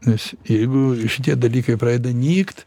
nes jeigu šitie dalykai pradeda nykt